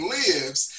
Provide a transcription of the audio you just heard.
lives